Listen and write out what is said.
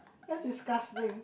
that's disgusting